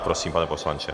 Prosím, pane poslanče.